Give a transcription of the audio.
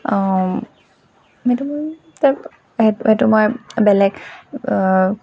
সেইটো মই বেলেগ